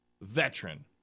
veteran